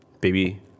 baby